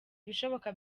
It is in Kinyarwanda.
ibishoboka